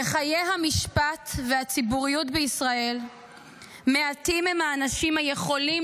"בחיי המשפט והציבוריות בישראל מעטים הם האנשים היכולים